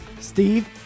Steve